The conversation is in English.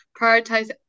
prioritize